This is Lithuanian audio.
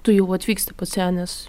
tu jau atvyksti pas ją nes